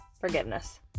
Forgiveness